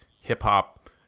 hip-hop